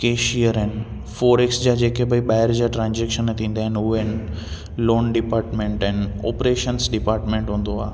cashier आहिनि forex जा जेके भाई ॿाहिरि जा ट्रांज़ेक्शन थींदा आहिनि उहे आहिनि लोन डिपार्टमेंट आहिनि ऑपरेशंस डिपार्टमेंट हूंदो आहे